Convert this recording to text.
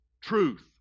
truth